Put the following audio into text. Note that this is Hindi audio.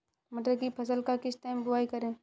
मटर की फसल का किस टाइम बुवाई करें?